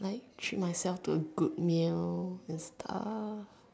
like treat myself to a good meal and stuff